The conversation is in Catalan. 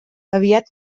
aviat